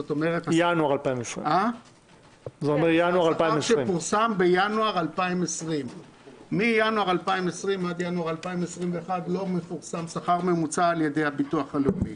זאת אומרת השכר --- זה אומר בינואר 2020. השכר שפורסם בינואר 2020. מינואר 2020 עד ינואר 2021 לא מפורסם שכר ממוצע על ידי הביטוח הלאומי.